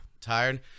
Tired